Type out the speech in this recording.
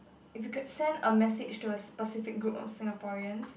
if you could send a message to a specific group of Singaporeans